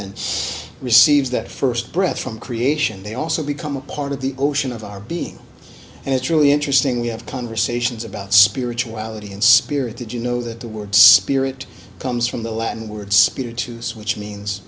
and receives that first breath from creation they also become a part of the ocean of our being and it's really interesting we have conversations about spirituality inspirited you know that the word spirit comes from the latin word spirit to switch means